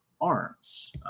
Arms